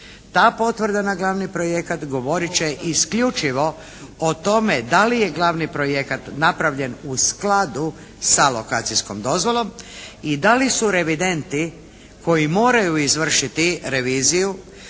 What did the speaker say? Ta potvrda na glavni projekat govorit će isključivo o tome da li je glavni projekat napravljen u skladu sa lokacijskom dozvolom i da li su revidenti koji moraju izvršiti reviziju